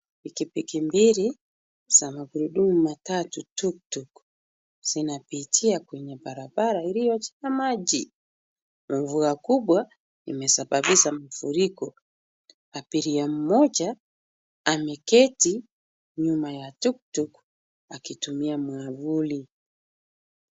Piki piki mbili za magurudumu matatu tuktuk , zinapitia kwenye barabara iliyo na maji. Mvua kubwa imesababisha mafuriko. Abiria mmoja ameketi nyuma ya tuktuk akitumia mwavuli.